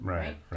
Right